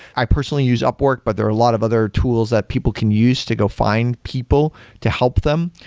i personally use upwork, but there a lot of other tools that people can use to go find people to help them.